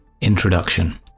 Introduction